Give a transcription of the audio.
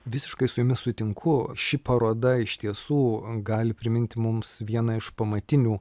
visiškai su jumis sutinku ši paroda iš tiesų gali priminti mums vieną iš pamatinių